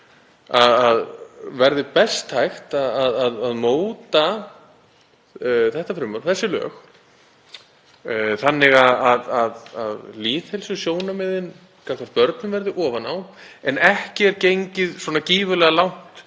að verði best hægt að móta þetta frumvarp, þessi lög, þannig að lýðheilsusjónarmiðin gagnvart börnum verði ofan á en ekki gengið svona gífurlega langt